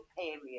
period